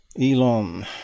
Elon